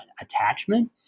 attachment